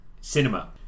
cinema